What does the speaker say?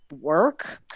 work